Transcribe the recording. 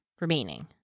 remaining